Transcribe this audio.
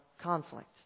conflict